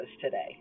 today